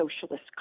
socialist